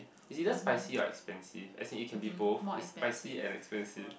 it's either spicy or expensive as in it can be both it's spicy and expensive